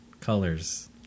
colors